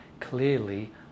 clearly